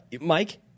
Mike